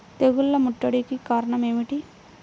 తెగుళ్ల ముట్టడికి కారణం ఏమిటి?